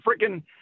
freaking